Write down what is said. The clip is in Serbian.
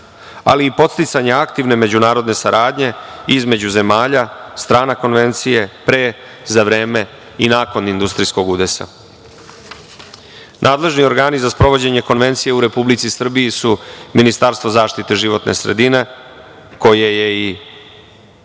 ali i podsticanje aktivne međunarodne saradnje između zemalja, strana konvencije pre, za vreme i nakon industrijskog udesa. Nadležni organi za sprovođenje konvencije u Republici Srbiji su Ministarstvo zaštite životne sredine, koje je i